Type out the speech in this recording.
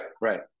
right